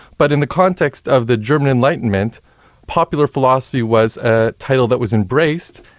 but in the context of the german enlightenment popular philosophy was a title that was embraced,